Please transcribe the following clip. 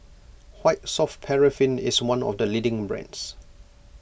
White Soft Paraffin is one of the leading brands